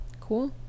cool